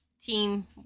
team